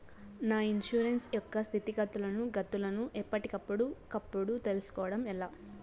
నా ఇన్సూరెన్సు యొక్క స్థితిగతులను గతులను ఎప్పటికప్పుడు కప్పుడు తెలుస్కోవడం ఎలా?